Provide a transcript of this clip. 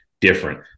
different